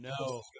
no